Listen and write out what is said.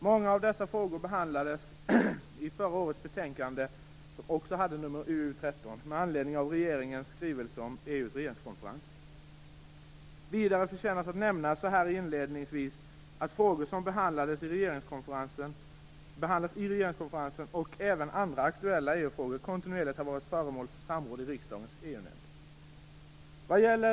Många av dessa frågor behandlades i förra årets betänkande som också hade nummer UU13 med anledning av regeringens skrivelse om EU:s regeringskonferens. Vidare förtjänar det att nämnas här inledningsvis att frågor som behandlas i regeringskonferensen och även andra aktuella EU-frågor kontinuerligt har varit föremål för samråd i riksdagens EU-nämnd.